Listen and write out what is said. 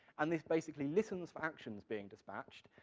and this basically listens for actions being dispatched,